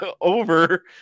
over